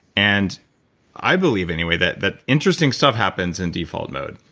and i believe anyway that that interesting stuff happens in default mode,